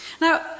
Now